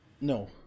No